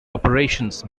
operations